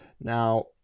Now